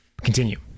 Continue